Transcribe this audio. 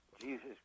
Jesus